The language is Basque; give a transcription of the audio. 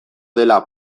dela